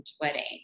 wedding